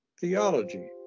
theology